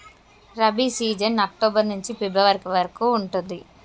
rabi season October నుంచి February వరకు ఉంటది